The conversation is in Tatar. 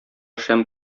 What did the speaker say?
шәм